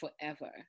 forever